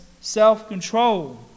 self-control